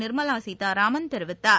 நிர்மலா சீதாராமன் தெரிவித்தார்